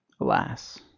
alas